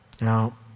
Now